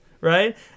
Right